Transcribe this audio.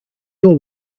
will